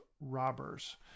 robbers